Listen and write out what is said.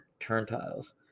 turntiles